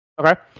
Okay